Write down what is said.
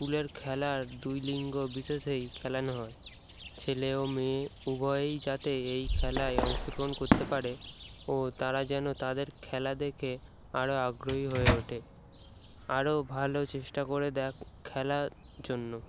স্কুলের খেলার দুই লিঙ্গ বিশেষেই খেলানো হয় ছেলে ও মেয়ে উভয়েই যাতে এই খেলায় অংশগ্রহণ করতে পারে ও তারা যেন তাদের খেলা দেখে আরও আগ্রহী হয়ে ওঠে আরও ভালো চেষ্টা করে দেখ খেলার জন্য